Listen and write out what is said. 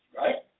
right